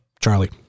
Charlie